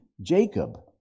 Jacob